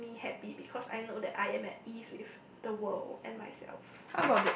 makes me happy because I know that I am at ease with the world and myself